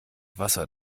wasser